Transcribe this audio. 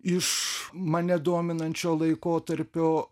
iš mane dominančio laikotarpio